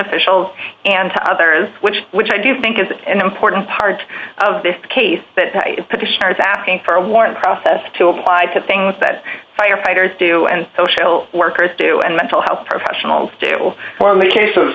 officials and to others which which i do think is an important part of this case that petitioners asking for a warrant process to applied to things that firefighters do and social workers do and mental health professionals do